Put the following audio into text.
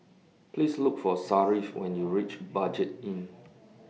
Please Look For Sharif when YOU REACH Budget Inn